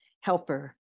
helper